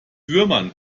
würmern